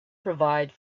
provide